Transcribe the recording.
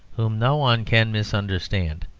whom no one can misunderstand.